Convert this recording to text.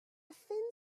thin